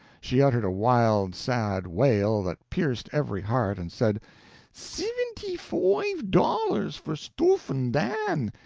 she uttered a wild, sad wail, that pierced every heart, and said sivinty-foive dollars for stoofhn' dan,